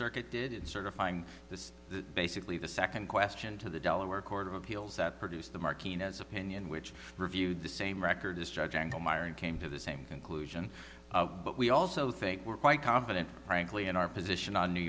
circuit did in certifying this basically the second question to the delaware court of appeals that produced the marking as opinion which reviewed the same record is judge angle myron came to the same conclusion but we also think we're quite confident frankly in our position on new